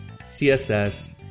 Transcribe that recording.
CSS